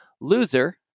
loser